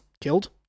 killed